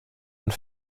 und